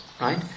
right